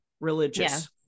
religious